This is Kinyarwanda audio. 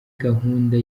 gahunda